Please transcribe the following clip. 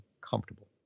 comfortable